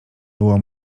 było